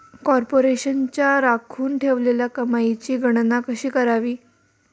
कॉर्पोरेशनच्या राखून ठेवलेल्या कमाईची गणना कशी करावी